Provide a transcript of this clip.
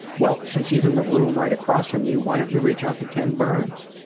well, since he's in the room right across from you, why don't you reach out to ken burns?